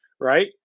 right